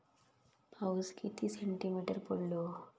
पाऊस किती सेंटीमीटर पडलो?